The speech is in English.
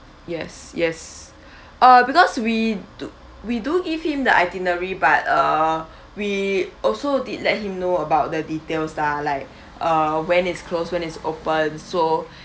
yes yes uh because we do we do give him the itinerary but err we also did let him know about the details lah like uh when it's closed when it's open so